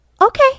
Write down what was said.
Okay